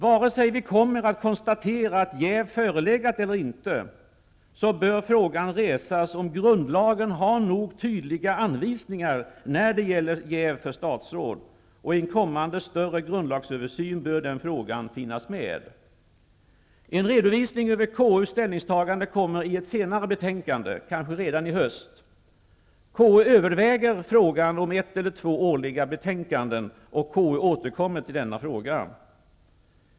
Vare sig vi kommer att konstatera att jäv förelegat eller inte bör frågan resas om grundlagen har nog tydliga anvisningar när det gäller jäv för statsråd. I en kommande större grundlagsöversyn bör den frågan finnas med. En redovisning över KU:s ställningstaganden kommer i ett senare betänkande, kanske redan i höst. KU överväger frågan om ett eller två årliga betänkanden. KU återkommer till denna fråga.